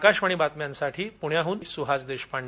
अकाशवाणी बातम्यांसाठी पुण्याहून सुहास देशपांडे